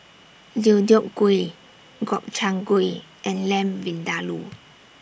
Deodeok Gui Gobchang Gui and Lamb Vindaloo